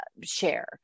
share